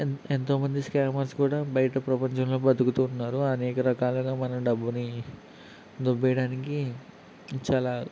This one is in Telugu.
ఎన్ ఎంతోమంది స్క్యామర్స్ కూడా బయట ప్రపంచంలో బతుకుతూ ఉన్నారు అనేక రకాలుగా మన డబ్బుని దొబ్బేయడానికి చాలా